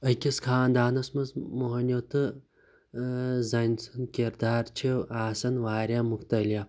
أکِس خانٛدانَس منٛز مۅہنیٛوٗ تہٕ زَنہِ سُنٛد کِردار چھُ آسان واریاہ مُختَلِف